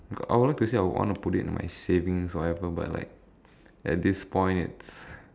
I would like to say I would want put it to my savings or whatever but like at this point it's